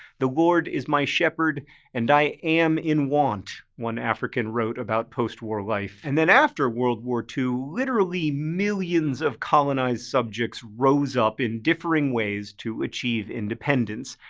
the lord is my shepherd and i am in want, one african wrote about postwar life. and then after world war ii, literally millions of colonized subjects rose up, in differing ways, to achieve independence.